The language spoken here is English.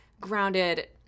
grounded